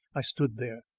i stood there,